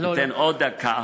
תן לו עוד שתי דקות.